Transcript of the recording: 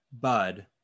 Bud